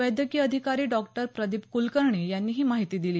वैद्यकीय अधिकारी डॉ प्रदीप कुलकर्णी यांनी ही माहिती दिली